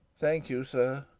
thank you, sir